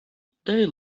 they